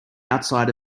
outside